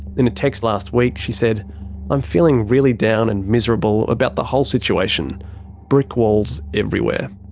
in a text last week, she said i'm feeling really down and miserable about the whole situation brick walls everywhere.